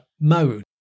mode